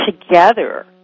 together